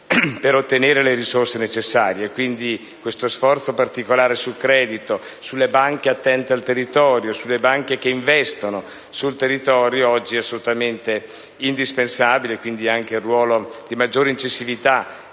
per ottenere le risorse necessarie. Quindi, questo sforzo particolare sul credito, sulle banche attente al territorio, su quelle che investono sul territorio oggi è assolutamente indispensabile. Anche il ruolo maggiormente incisivo